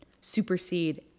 supersede